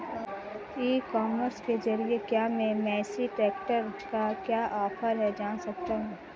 ई commerce के ज़रिए क्या मैं मेसी ट्रैक्टर का क्या ऑफर है जान सकता हूँ?